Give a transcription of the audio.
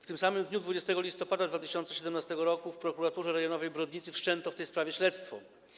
W tym samym dniu 20 listopada 2017 r. w Prokuraturze Rejonowej w Brodnicy wszczęto w tej sprawie śledztwo.